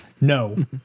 No